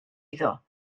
iddo